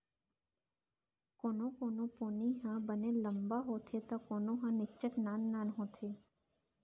कोनो कोनो पोनी ह बने लंबा होथे त कोनो ह निच्चट नान नान होथे